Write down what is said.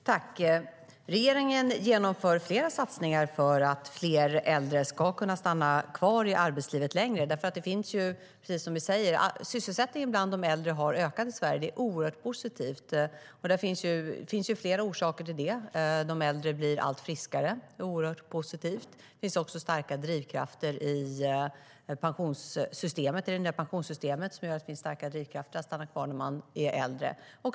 Fru talman! Regeringen genomför flera satsningar för att fler äldre ska kunna stanna kvar i arbetslivet längre. Sysselsättningen bland de äldre har ju, precis som Fredrik Schulte säger, ökat i Sverige. Det är oerhört positivt. Det finns flera orsaker till det. De äldre blir allt friskare, vilket är oerhört positivt. Det finns också starka drivkrafter i det nya pensionssystemet att stanna kvar när man är äldre.